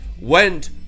went